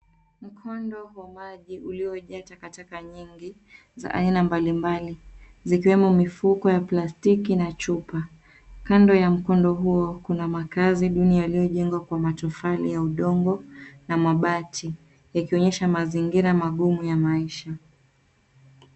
Mkondo wa maji uliojaa takataka nyingi za aina mbalimbali, zikiwemo mifuko ya plastiki na chupa. Kando ya mkondo huo kuna makazi duni yaliyojengwa kwa matofali ya udongo na mabati yakionyesha mazingira magumu ya maisha.